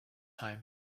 time